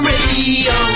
Radio